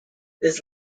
this